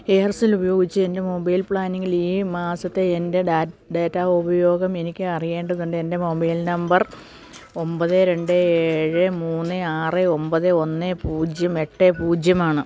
ഏർസെൽ ഉപയോഗിച്ച് എൻ്റെ മൊബൈൽ പ്ലാനിങ്ങിൽ ഈ മാസത്തെ എൻ്റെ ഡാറ്റ ഉപയോഗം എനിക്ക് അറിയേണ്ടതുണ്ട് എൻ്റെ മൊബൈൽ നമ്പർ ഒമ്പത് രണ്ട് ഏഴ് മൂന്ന് ആറ് ഒമ്പത് ഒന്ന് പൂജ്യം എട്ട് പൂജ്യം ആണ്